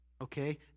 okay